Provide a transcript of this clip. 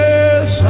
Yes